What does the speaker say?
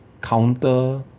counter